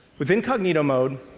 with incognito mode,